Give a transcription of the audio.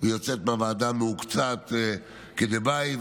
ויוצאת מהוועדה מהוקצעת כדבעי.